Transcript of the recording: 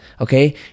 okay